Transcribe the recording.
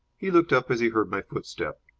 he looked up as he heard my footstep.